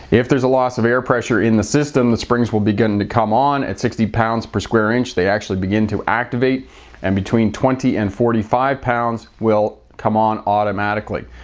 if there's a loss of air pressure in the system, the springs will start to come on at sixty pounds per square inch. they actually begin to activate and between twenty and forty five pounds will come on automatically.